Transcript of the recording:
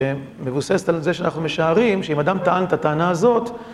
מבוססת על זה שאנחנו משערים, שאם אדם טען את הטענה הזאת...